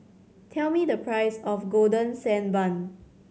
tell me the price of Golden Sand Bun